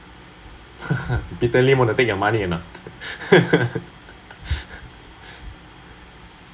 peter lim want to take your money or not